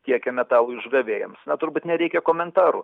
tiekiame tau išdavėjams na turbūt nereikia komentarų